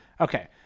okay